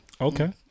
Okay